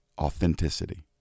authenticity